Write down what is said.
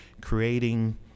creating